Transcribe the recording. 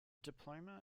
diploma